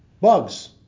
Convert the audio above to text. bugs